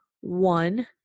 one